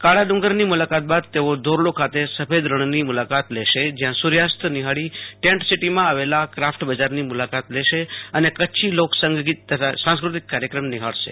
કાળા ડુંગરની મુલાકાત બાદ તેઓ ધોરડો ખાતે સફેદ રણની મુલાકાત લેશે જ્યાં સૂર્યાસ્ત નિહાળી ટેન્ટ સિટીમાં આવેલાં કાફ્ટ બજારની મુલાકાત લેશે અને કચ્છી લોકસંગીત તથા સાંસ્કૃતિક કાર્યક્રમ નિહાળશે